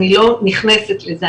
אני לא נכנסת לזה,